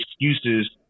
excuses